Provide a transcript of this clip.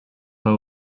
pas